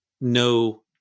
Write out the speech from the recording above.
no